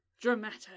Dramatic